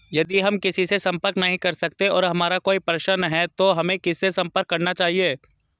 यदि हम किसी से संपर्क नहीं कर सकते हैं और हमारा कोई प्रश्न है तो हमें किससे संपर्क करना चाहिए?